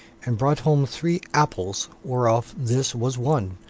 and brought home three apples, whereof this was one,